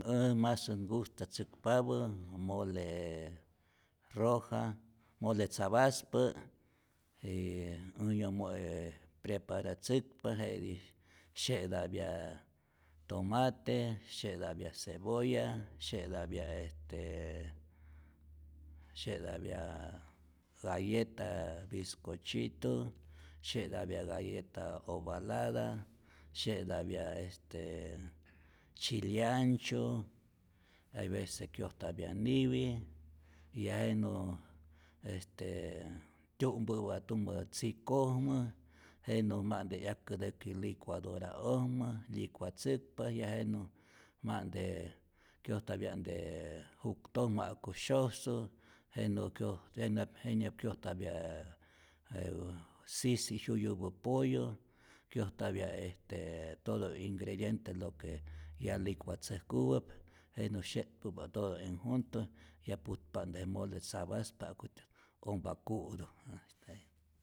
Äj masät ngustatzäkpapä molee roja mole tzapaspä yy äj yomo' preparatzäkpa, jetij sye'tapya tomate, sye'tapya cebolla, sye'tapya este sye'tapya galleta biscochitu, sye'tapya galleta ovalada, sye'tapya este chileancho, hay vece kyojtapya niwi, ya jenä este tyu'mpäpa tumä tzikojmä, jenä ma'nte 'yajkätäki licuadora'ojmä, lyicuatzäkpa, ya jenä ma'nte kyojtapya'nte juktojmä ja'ku syosu, jenä kyoj jenap jenyap kyojtapy jeä sijsis jyuyupä pollo, kyojtapya este todo ingrediente lo que ya licuatzäjkupap, jenä sye'tpä'pa todo en junto ya putpa'nte je mole tzapaspä jakutyät ompa ku'tu.